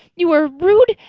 you are a rude,